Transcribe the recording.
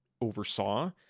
oversaw